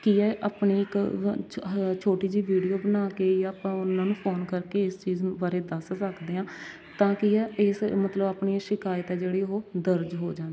ਕੀ ਹੈ ਆਪਣੀ ਇੱਕ ਛ ਛੋਟੀ ਜਿਹੀ ਵੀਡਿਓ ਬਣਾ ਕੇ ਜਾਂ ਆਪਾਂ ਉਹਨਾਂ ਨੂੰ ਫ਼ੋਨ ਕਰ ਕੇ ਇਸ ਚੀਜ਼ ਬਾਰੇ ਦੱਸ ਸਕਦੇ ਹਾਂ ਤਾਂ ਕੀ ਹੈ ਇਸ ਮਤਲਬ ਆਪਣੀ ਸ਼ਿਕਾਇਤ ਹੈ ਜਿਹੜੀ ਉਹ ਦਰਜ ਹੋ ਜਾਂਦੀ ਹੈ